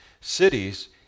cities